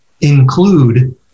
include